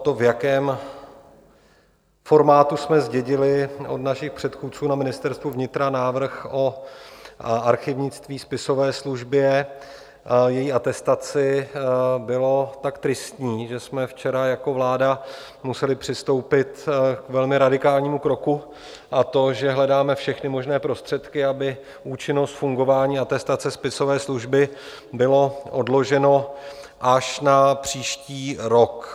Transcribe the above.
To, v jakém formátu jsme zdědili od našich předchůdců na Ministerstvu vnitra návrh o archivnictví, spisové službě a její atestaci, bylo tak tristní, že jsme včera jako vláda museli přistoupit k velmi radikálnímu kroku, a to, že hledáme všechny možné prostředky, aby účinnost, fungování atestace spisové služby bylo odloženo až na příští rok.